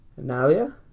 Analia